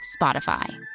Spotify